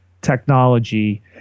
technology